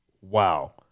Wow